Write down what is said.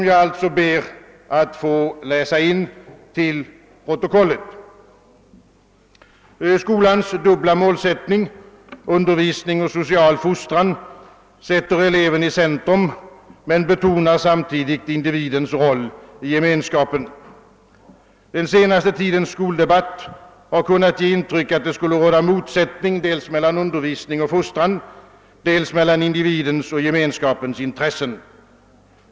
Jag ber att få läsa in denna till protokollet: »Skolans dubbla målsättning — undervisning och social fostran — sätter eleven i centrum men betonar samtidigt individens roll i gemenskapen. Den senaste tidens skoldebatt har kunnat ge intrycket att det skulle råda motsättning dels mellan undervisning och fostran, dels mellan individens och gemenskapens intressen.